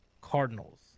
Cardinals